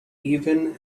even